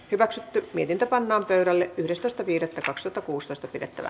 hyväksytyt niiden tapaan vahteralle yhdestoista viidettä kaksi to kuusitoista pidettävä